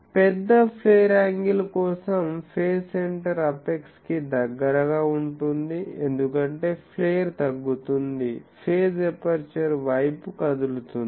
పెద్ద flare angle కోసం phase centre apex కి దగ్గరగా ఉంటుంది ఎందుకంటే ప్లేర్ తగ్గుతుంది ఫేజ్ ఎపర్చరు వైపు కదులుతుంది